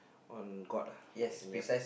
on god ah yup